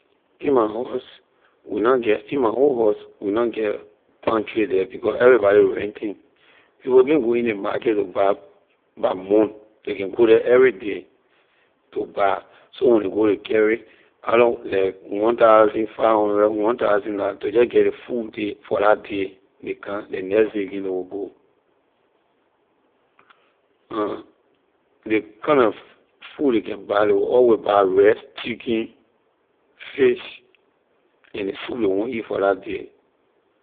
In my house we na get in my whole house we na get pantry because everybody renting people can’t go in ley market to buy by month ley can go the everyday to buy so when ley go ley carry either like one thousand five hundred, one thousand la to jeh get ley food day for la day ley come ley next day again ley will go ley kind na food ley can buy ley will always buy rice chicken fish and ley soup ley want eat for la day